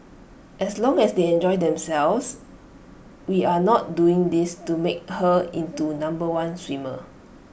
as long as they enjoy themselves we are not doing this to make her into number one swimmer